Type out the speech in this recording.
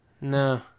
No